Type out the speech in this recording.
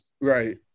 Right